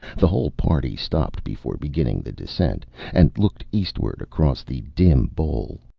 the whole party stopped before beginning the descent and looked eastward, across the dim bowl.